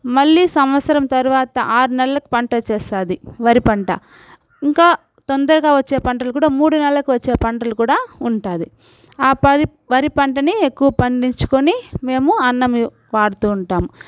మళ్ళీ సంవత్సరం తర్వాత ఆరునెల్లకి పంటొచ్చేస్తాది వరి పంట ఇంకా తొందరగా వచ్చే పంటలు కూడా మూడునెల్లకొచ్చే పంటలు కూడా ఉంటుంది ఆ పరి వరి పంటను ఎక్కువగా పండించుకొని మేము అన్నము వాడుతుంటాము